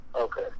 Okay